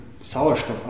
Sauerstoff